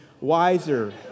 wiser